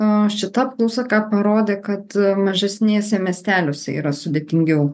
o šita apklausa ką parodė kad mažesnėse miesteliuose yra sudėtingiau